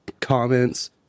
comments